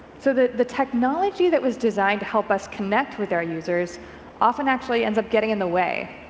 so the the technology that was designed to help us connect with our users often actually ends up getting in the way,